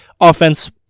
offense